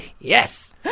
yes